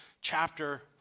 Chapter